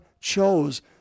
chose